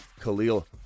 Khalil